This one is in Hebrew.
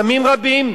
ימים רבים,